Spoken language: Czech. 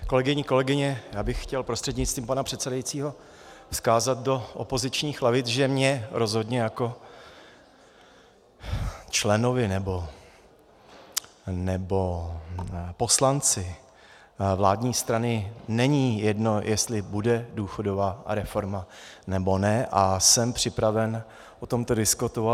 Kolegyně, kolegové, já bych chtěl prostřednictvím pana předsedajícího vzkázat do opozičních lavic, že mně rozhodně jako členovi nebo poslanci vládní strany není jedno, jestli bude důchodová reforma, nebo ne, a jsem připraven o tomto diskutovat.